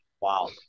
Wow